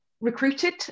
recruited